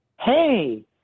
hey